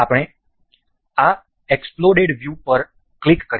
આપણે આ exploded view પર ક્લિક કરીશું